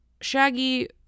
Shaggy